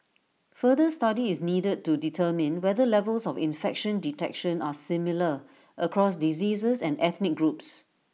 further study is needed to determine whether levels of infection detection are similar across diseases and ethnic groups